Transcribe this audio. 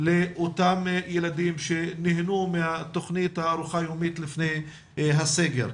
לאותם ילדים שנהנו מהתכנית של ארוחה יומית לפני הסגר.